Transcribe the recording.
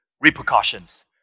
repercussions